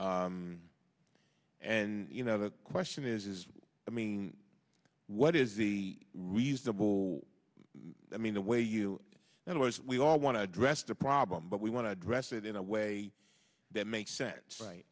certainly and you know the question is i mean what is the reasonable i mean the way you know as we all want to address the problem but we want to address it in a way that makes sense